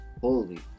holy